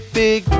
big